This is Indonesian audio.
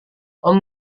tom